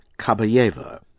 Kabayeva